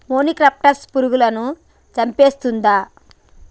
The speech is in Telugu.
మొనిక్రప్టస్ పురుగులను చంపేస్తుందా?